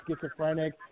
schizophrenic